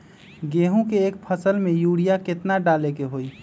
गेंहू के एक फसल में यूरिया केतना डाले के होई?